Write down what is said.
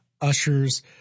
ushers